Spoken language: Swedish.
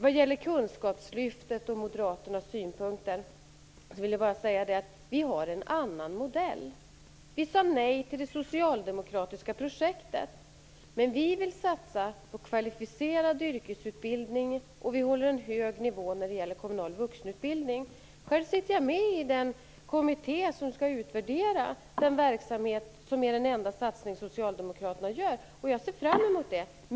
I frågan om moderaternas synpunkter på kunskapslyftet, vill jag bara säga att vi har en annan modell. Vi sade nej till det socialdemokratiska projektet, men vi vill satsa på kvalificerad yrkesutbildning, och vi håller en hög nivå på kommunal vuxenutbildning. Jag sitter själv med i den kommitté som skall utvärdera den verksamhet som utgör socialdemokraternas enda satsning. Jag ser fram emot det arbetet.